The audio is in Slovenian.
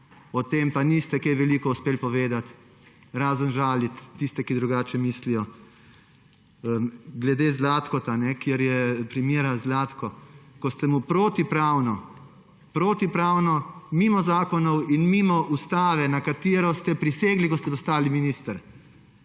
o tem, pa niste kaj veliko uspeli povedati, razen žaliti tiste, ki drugače mislijo, glede primera Zlatko, ko ste mu protipravno, protipravno, mimo zakonov in mimo Ustave, na katero ste prisegli, ko ste postali minister,